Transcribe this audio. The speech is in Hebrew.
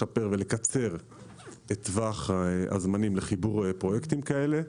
לשפר ולקצר את טווח הזמנים לחיבור פרויקטים כאלה.